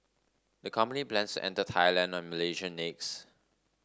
the company plans to enter Thailand and Malaysia next